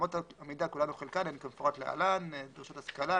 אמות המידה כמפורט להלן: דרישות השכלה,